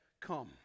come